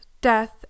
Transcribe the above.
death